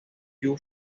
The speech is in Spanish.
you